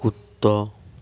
کتا